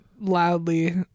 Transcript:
loudly